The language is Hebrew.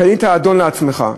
קנית אדון לעצמך,